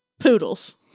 Poodles